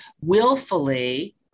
willfully